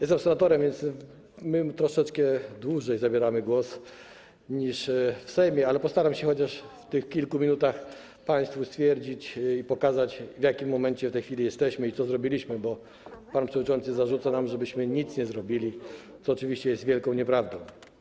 Jestem senatorem, my troszeczkę dłużej zabieramy głos niż w Sejmie, ale postaram się chociaż w tych kilku minutach stwierdzić i państwu pokazać, w jakim momencie w tej chwili jesteśmy i co zrobiliśmy, bo pan przewodniczący zarzuca nam, że myśmy nic nie zrobili, co oczywiście jest wielką nieprawdą.